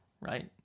right